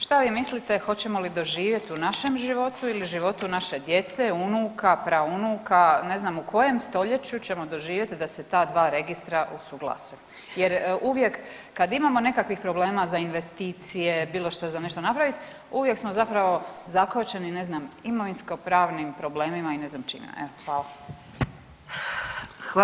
Šta vi mislite hoćemo li doživjet u našem životu ili životu naše djece, unuka, praunuka, ne znam u kojem stoljeću ćemo doživjet da se ta dva registra usuglase, jer uvijek kad imamo nekakvih problema za investicija, bilo što za nešto napravit uvijek smo zapravo zakvačeni ne znam imovinskopravnim problemima i ne znam čime, evo hvala.